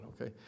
okay